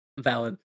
Valid